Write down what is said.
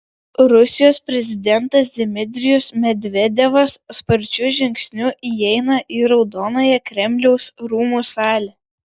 rusijos prezidentas dmitrijus medvedevas sparčiu žingsniu įeina į raudonąją kremliaus rūmų salę